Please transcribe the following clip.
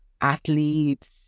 athletes